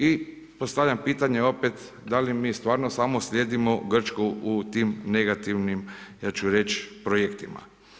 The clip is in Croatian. I postavljam pitanje opet da li mi stvarno samo slijedimo Grčku u tom negativnim ja ću reći, projektima?